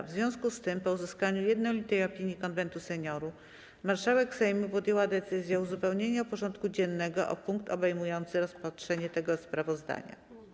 W związku z tym, po uzyskaniu jednolitej opinii Konwentu Seniorów, marszałek Sejmu podjęła decyzję o uzupełnieniu porządku dziennego o punkt obejmujący rozpatrzenie tego sprawozdania.